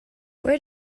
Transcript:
where